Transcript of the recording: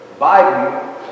Biden